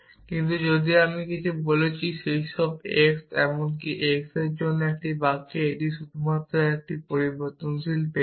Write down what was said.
কিন্তু যদি আমি কিছু বলেছি যেমন সব x এমনকি x এর জন্য এটি একটি বাক্য এটি শুধুমাত্র একটি পরিবর্তনশীল পেয়েছে